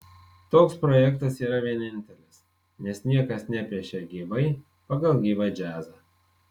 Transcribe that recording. toks projektas yra vienintelis nes niekas nepiešia gyvai pagal gyvą džiazą